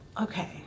okay